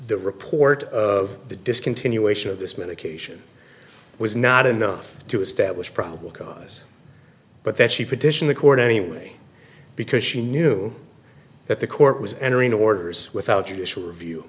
the report of the discontinuation of this medication was not enough to establish probable cause but that she petition the court anyway because she knew that the court was entering orders without judicial review